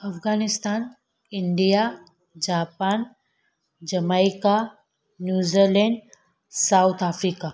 Afghanistan India Japan jamaica New Zealand South Africa